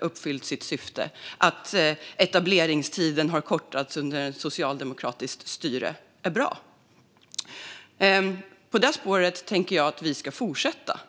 uppfyllt sitt syfte och att etableringstiden kortats under socialdemokratiskt styre. På det spåret tänker jag att man ska fortsätta.